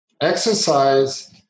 Exercise